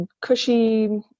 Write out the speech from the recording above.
cushy